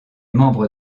membres